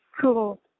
Cool